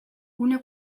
gune